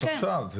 עכשיו.